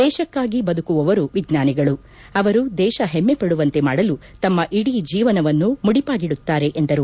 ದೇಶಕ್ಕಾಗಿ ಬದುಕುವವರು ವಿಜ್ವಾಗಳು ಅವರು ದೇಶ ಹೆಮ್ನೆ ಪಡುವಂತೆ ಮಾಡಲು ತಮ್ನ ಇಡೀ ಜೀವನವನ್ನು ಮುಡಿಪಾಗಿಡುತ್ತಾರೆ ಎಂದರು